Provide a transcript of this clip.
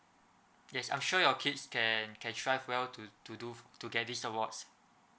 yes I'm sure your kids can can thrive well to to do to get these awards